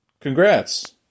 Congrats